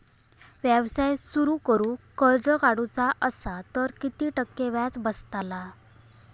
व्यवसाय सुरु करूक कर्ज काढूचा असा तर किती टक्के व्याज बसतला?